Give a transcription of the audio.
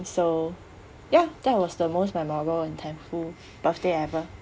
so ya that was the most memorable and thankful birthday ever